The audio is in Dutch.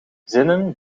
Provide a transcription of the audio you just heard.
zinnen